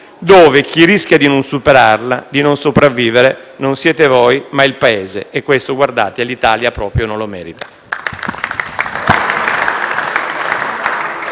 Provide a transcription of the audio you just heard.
dove chi rischia di non sopravvivere non siete voi, ma il Paese. E questo - guardate - l'Italia proprio non lo merita.